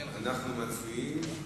אנחנו מצביעים.